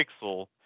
pixel